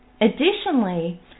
Additionally